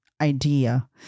idea